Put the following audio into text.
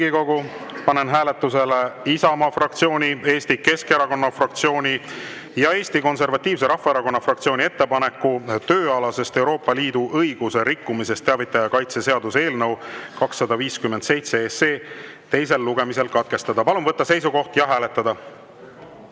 panen hääletusele Isamaa fraktsiooni, Eesti Keskerakonna fraktsiooni ja Eesti Konservatiivse Rahvaerakonna fraktsiooni ettepaneku tööalasest Euroopa Liidu õiguse rikkumisest teavitaja kaitse seaduse eelnõu 257 teisel lugemisel katkestada. Palun võtta seisukoht ja hääletada!